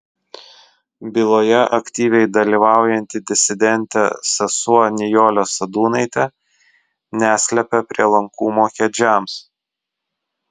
byloje aktyviai dalyvaujanti disidentė sesuo nijolė sadūnaitė neslepia prielankumo kedžiams